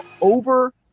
over